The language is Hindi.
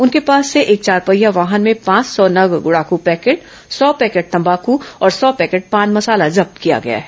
उनके पास से एक चारपहिया वाहन में पांच सौ नग गुड़ाख् पैकेट सौ पैकेट तम्बाकू और सौ पैकेट पान मसाला जब्त किया है